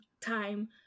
time